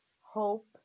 hope